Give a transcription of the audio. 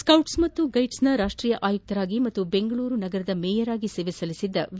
thoughts ಮತ್ತು ಗೈಡ್ಸ್ನ ರಾಷ್ಷೀಯ ಆಯುಕ್ತರಾಗಿ ಮತ್ತು ಬೆಂಗಳೂರು ಮೇಯರ್ ಆಗಿ ಸೇವೆ ಸಲ್ಲಿಸಿದ್ದ ವಿ